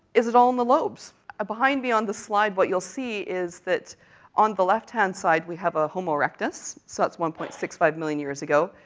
is it all in the lobes? behind me on the slide what you'll see is that on the left-hand side we have a homo erectus, so that's one point six five million years ago.